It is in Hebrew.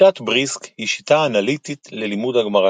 שיטת בריסק היא שיטה אנליטית ללימוד הגמרא.